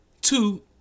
Two